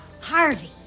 Harvey